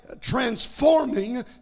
transforming